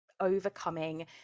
overcoming